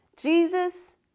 Jesus